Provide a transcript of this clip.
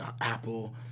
apple